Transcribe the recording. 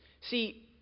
see